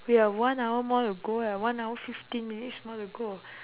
we have one hour more to go eh one hour fifteen minutes more to go